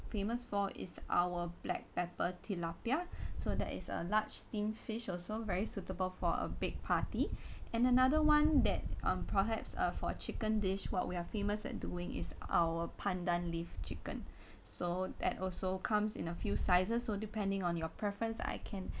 famous for is our black pepper tilapia so that is a large steamed fish also very suitable for a big party and another one that um perhaps um for chicken dish what we have famous at doing is our pandan leaf chicken so that also comes in a few sizes will depending on your preference I can